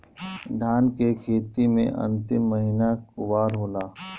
धान के खेती मे अन्तिम महीना कुवार होला?